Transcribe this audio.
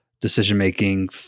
decision-making